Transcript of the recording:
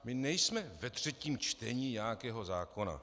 My nejsme ve třetím čtení nějakého zákona.